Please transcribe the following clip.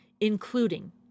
including